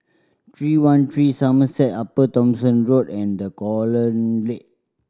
Three One Three Somerset Upper Thomson Road and The Colonnade